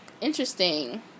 Interesting